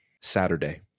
Saturday